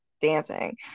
dancing